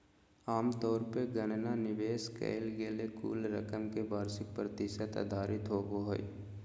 आमतौर पर गणना निवेश कइल गेल कुल रकम के वार्षिक प्रतिशत आधारित होबो हइ